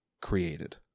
created